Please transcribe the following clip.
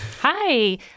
Hi